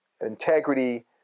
integrity